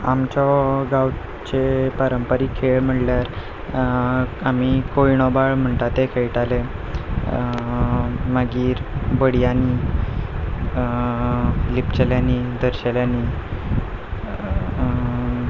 आमच्या गांवचे पारंपारीक खेळ म्हणल्यार आमी कोंड्योबाल म्हणटा ते खेळटाले मागीर बड्यांनी लिपचेल्यांनी धरचेल्यांनी